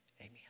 Amen